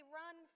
run